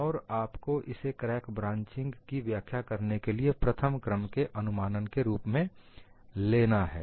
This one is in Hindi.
और आपको इसे क्रैक ब्रांचिंग की व्याख्या करने के लिए प्रथम क्रम के अनुमानन के रूप में लेना है